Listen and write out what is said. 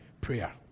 prayer